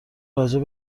راجع